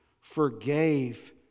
forgave